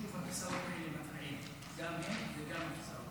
שוב הכיסאות האלה מפריעים, גם הם וגם הכיסאות.